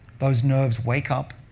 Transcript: those nerves wake up.